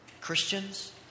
Christians